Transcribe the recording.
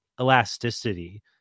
elasticity